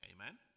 Amen